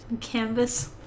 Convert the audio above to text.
canvas